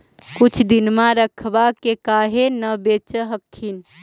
कुछ दिनमा रखबा के काहे न बेच हखिन?